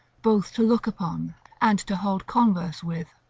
both to look upon and to hold converse with.